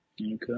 Okay